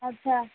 ଆଚ୍ଛା